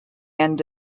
end